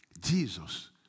Jesus